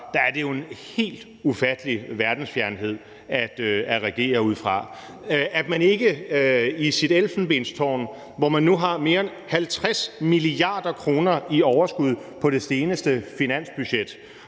– er det jo en helt ufattelig verdensfjernhed at regere ud fra, at man i sit elfenbenstårn, hvor man nu har mere end 50 mia. kr. i overskud på det seneste finansbudget,